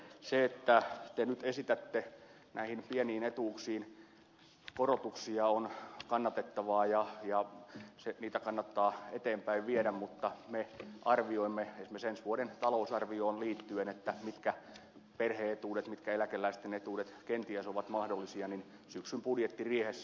se että te nyt esitätte näihin pieniin etuuksiin korotuksia on kannatettavaa ja niitä kannattaa eteenpäin viedä mutta me arvioimme esimerkiksi ensi vuoden talousarvioon liittyen mitkä perhe etuudet mitkä eläkeläisten etuudet kenties ovat mahdollisia syksyn budjettiriihessä